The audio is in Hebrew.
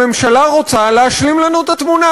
הממשלה רוצה להשלים לנו את התמונה.